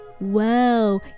Wow